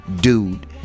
dude